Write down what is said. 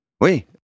Oui